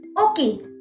Okay